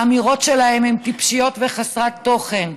האמירות שלהם הן טיפשיות וחסרות תוכן.